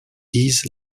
his